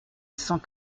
cent